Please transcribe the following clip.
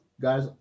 guys